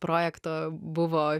projekto buvo